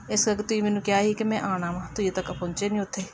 ਇਸ ਕਰਕੇ ਤੁਸੀਂ ਮੈਨੂੰ ਕਿਹਾ ਸੀ ਕਿ ਮੈਂ ਆਉਣਾ ਵਾ ਤੁਸੀਂ ਤੱਕ ਪਹੁੰਚੇ ਨਹੀਂ ਉੱਥੇ